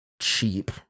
cheap